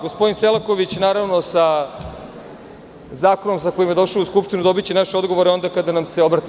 Gospodine Selaković naravno sa zakonom sa kojim je došao u Skupštinu, dobiće naše odgovore onda kada nam se obrati.